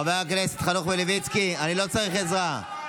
חבר הכנסת חנוך מלביצקי, אני לא צריך עזרה.